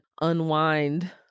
unwind